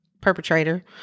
perpetrator